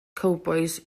cowbois